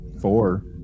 four